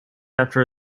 after